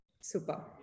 Super